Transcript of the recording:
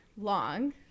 long